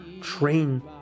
train